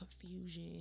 Confusion